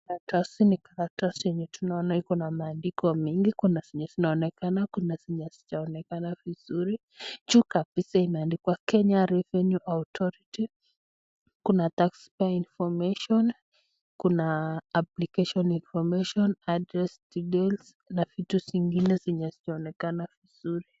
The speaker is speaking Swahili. Karatasi ni karatasi, yenye tunaona ikona maandiko mingi kuna zenye zinaonekana, kuna zenye hazijaonekana vizuri. Juu kabisa imeandikwa Kenya Revenue Authority, kuna tax payer information ,kuna application information, address details , na vitu zingine zenye hazijaonekana vizuri.